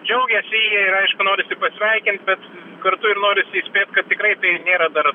džiaugiasi jie ir aišku norisi pasveikinti bet kartu ir norisi įspėt kad tikrai tai nėra dar